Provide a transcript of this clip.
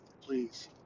Please